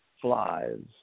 flies